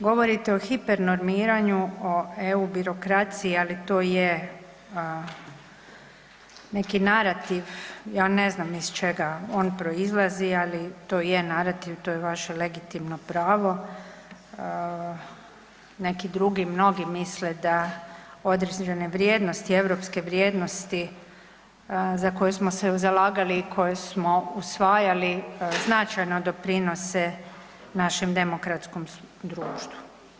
Govorite o hipernormiranju, o Eu birokraciji ali to je neki narativ, ja ne znam iz čega on proizlazi ali to je narativ, to je vaše legitimno pravo, neki drugi mnogi misle da određene vrijednosti, europske vrijednosti za koje smo se zalagali i koje smo usvajali, značajno doprinose našem demokratskom društvu.